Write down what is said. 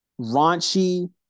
raunchy